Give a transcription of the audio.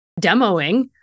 demoing